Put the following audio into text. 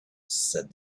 said